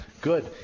Good